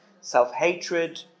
self-hatred